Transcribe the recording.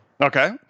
Okay